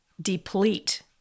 deplete